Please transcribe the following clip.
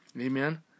Amen